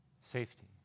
safety